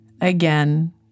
again